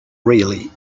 really